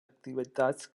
activitats